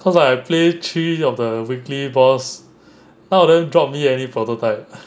'cause I play three of the weekly boss none of them dropped me any prototype